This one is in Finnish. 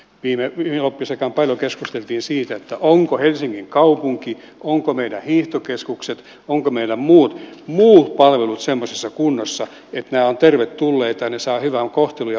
viime loppiaisen aikaan paljon keskusteltiin siitä onko helsingin kaupunki ovatko meidän hiihtokeskukset ovatko meillä muut palvelut semmoisessa kunnossa että nämä ovat tervetulleita saavat hyvät kohtelun ja palvelun